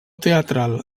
teatral